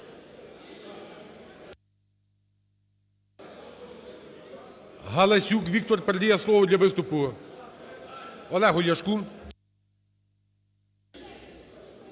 Галасюк Віктор передає слово для виступу Олегу Ляшку.